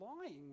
lying